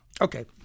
Okay